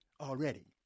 already